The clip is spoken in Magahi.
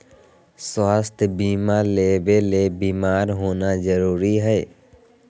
स्वास्थ्य बीमा लेबे ले बीमार होना जरूरी हय?